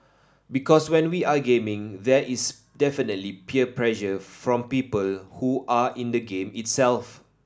because when we are gaming there is definitely peer pressure from people who are in the game itself